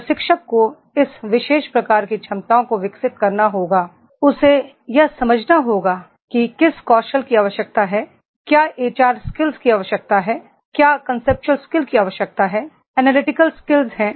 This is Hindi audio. प्रशिक्षक को इस विशेष प्रकार की क्षमताओं को विकसित करना होगा उसे यह समझना होगा कि किस कौशल की आवश्यकता है क्या एचआर स्किल्स की आवश्यकता है क्या कांसेप्चुअल स्किल्स की आवश्यकता है एनालिटिकल स्किल्स हैं